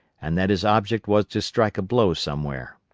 and that his object was to strike a blow somewhere.